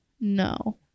No